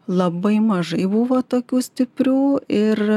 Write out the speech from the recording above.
labai mažai buvo tokių stiprių ir